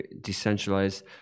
decentralized